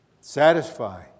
Satisfy